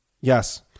Yes